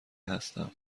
هستم